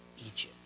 Egypt